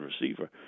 receiver